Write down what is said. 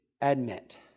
admit